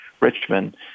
Richmond